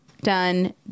done